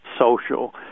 social